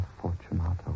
Fortunato